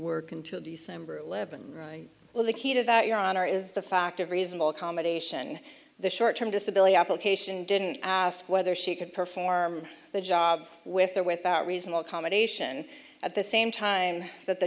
work until december eleventh well the key to that your honor is the fact of reasonable accommodation the short term disability application didn't ask whether she could perform the job with or without reasonable accommodation at same time that the